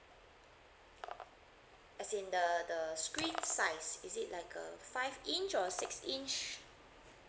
as in the the screen size is it like uh five inch or six inch